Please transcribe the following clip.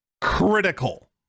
critical